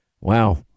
Wow